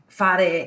fare